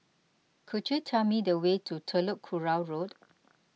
could you tell me the way to Telok Kurau Road